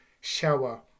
shower